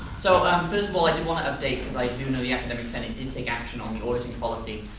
so um first of all i did want to update like you know the academic senate did take action on the auditing policy.